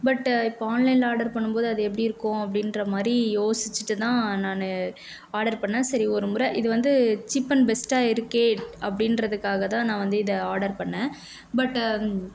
பட்டு இப்போது ஆன்லைனில் ஆர்டர் பண்ணும்போது அது எப்படி இருக்கும் அப்படின்ற மாதிரி யோசிச்சுட்டு தான் நான் ஆர்டர் பண்ணிணேன் சரி ஒரு முறை இது வந்து சீப் அண்ட் பெஸ்ட்டாக இருக்கே அப்படின்றதுக்காக தான் நான் வந்து இதை ஆர்டர் பண்ணிணேன் பட்டு